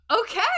Okay